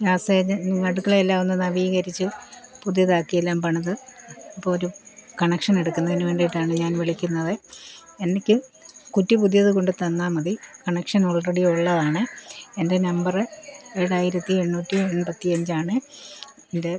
gas agency അടുക്കള എല്ലാം ഒന്ന് നവീകരിച്ചു പുതിയതാക്കി എല്ലാം പണിത് അപ്പോൾ ഒരു കണക്ഷൻ എടുക്കുന്നതിനു വേണ്ടിയിട്ടാണ് ഞാൻ വിളിക്കുന്നത് എനിക്ക് കുറ്റി പുതിയത് കൊണ്ടുത്തന്നാൽ മതി കണക്ഷൻ ഓൾറെഡി ഉള്ളതാണ് എൻ്റെ നമ്പറ് ഏഴായിരത്തി എണ്ണൂറ്റി എൺപത്തിയഞ്ചാണ് ഇത്